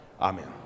Amen